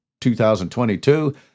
2022